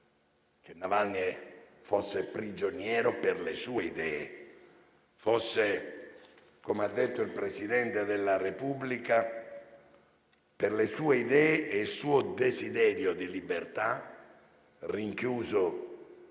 che Navalny fosse prigioniero per le sue idee, fosse rinchiuso - come ha detto il Presidente della Repubblica - per le sue idee e il suo desiderio di libertà in un